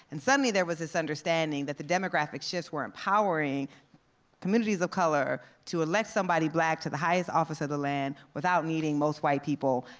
and suddenly there was this understanding that the demographics shifts were empowering communities of color to elect somebody black to the highest office of the land without needing most white people.